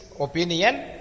opinion